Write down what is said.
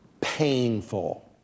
painful